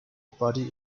body